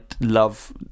love